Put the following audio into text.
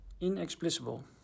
Inexplicable